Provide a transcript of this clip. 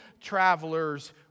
travelers